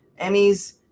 Emmys